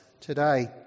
today